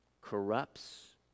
corrupts